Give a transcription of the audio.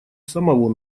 самого